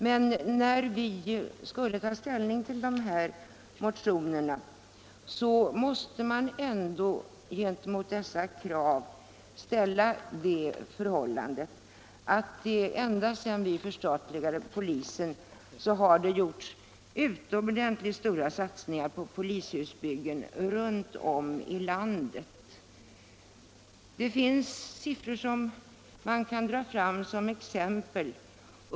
Men man måste ändå gentemot kraven i motionerna ställa det förhållandet att det ända sedan vi förstatligade polisen har gjorts utomordentligt stora satsningar på polishusbyggen runt om i landet. Det finns siffror som man kan dra fram som exempel.